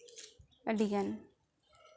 ᱟᱹᱰᱤᱜᱟᱱ